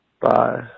bye